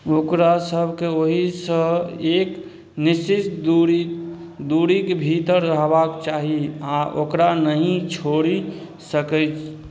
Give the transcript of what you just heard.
ओकरा सभकेँ ओहिसँ एक निश्चित दूरी दूरीके भीतर रहबाक चाही आओर ओकरा नहि छोड़ि सकै